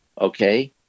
Okay